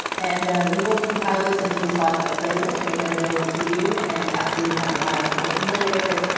and we will compile those into a spotify playlist, make that available to you. and after we've had a while to get familiar with it,